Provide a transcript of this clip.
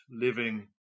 living